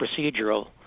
procedural